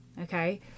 Okay